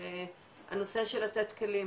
הנושא של לתת כלים